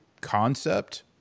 concept